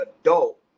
adult